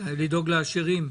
אולי לדאוג לעשירים?